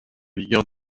vigueur